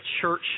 church